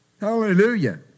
Hallelujah